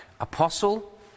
Apostle